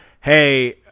hey